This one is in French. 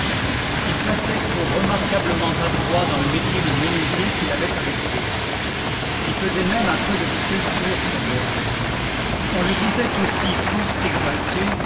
il passait pour remarquablement adroit dans le métier de menuisier qu'il avait adopté il faisait même un peu de sculpture sur bois on le disait aussi fort exalté